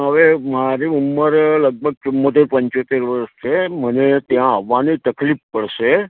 હવે મારી ઉમરે લગભગ ચુમોતેર પંચોતેર વર્ષ છે મને ત્યાં આવવાની તકલીફ પડશે